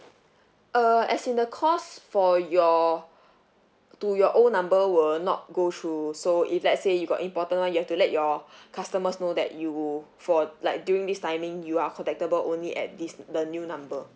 err as in the cost for your to your old number will not go through so if let's say you got important one you have to let your customers know that you for like during this timing you are contactable only at this the new number